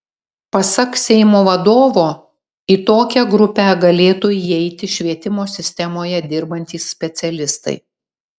pasak seimo vadovo į tokią grupę galėtų įeiti švietimo sistemoje dirbantys specialistai